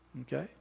Okay